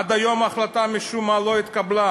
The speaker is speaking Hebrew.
עד היום ההחלטה משום מה לא התקבלה,